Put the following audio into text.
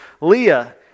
Leah